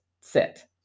sit